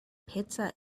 pizza